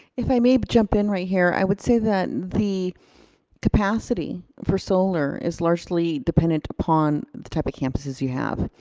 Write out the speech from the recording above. if i may but jump in right here i would say that the capacity for solar is largely dependent upon the type of campuses you have.